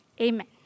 Amen